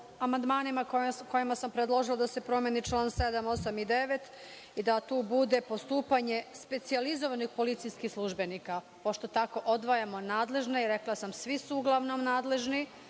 kojima sam predložila da se promeni član 7, 8. i 9. i da tu bude postupanje specijalizovanih policijskih službenika, pošto tako odvajamo nadležne. Rekla sam svi su uglavnom nadležni